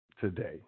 today